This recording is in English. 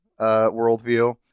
worldview